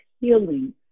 healing